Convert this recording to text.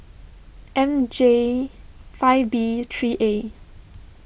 M J five B three A